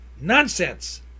Nonsense